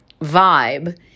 vibe